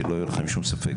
שלא יהיה לכם שום ספק,